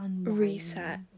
reset